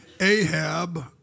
Ahab